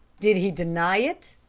did he deny it?